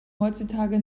heutzutage